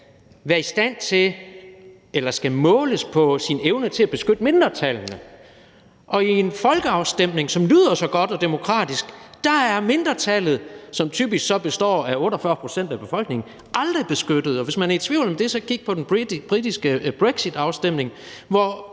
demokrati skal måles på sin evne til at beskytte mindretallene, og i en folkeafstemning, som lyder så godt og demokratisk, er mindretallet, som så typisk består af 48 pct. af befolkningen, aldrig beskyttet, og hvis man er i tvivl om det, kan man kigge på den britiske Brexitafstemning, hvor